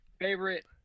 favorite